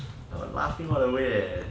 laughing all the way